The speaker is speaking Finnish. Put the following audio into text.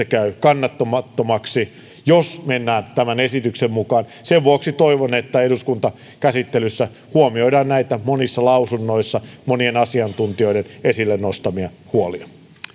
käy kannattamattomaksi jos mennään tämän esityksen mukaan sen vuoksi toivon että eduskuntakäsittelyssä huomioidaan näitä monissa lausunnoissa monien asiantuntijoiden esille nostamia huolia